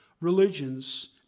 religions